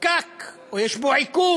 פקק או יש בו עיכוב.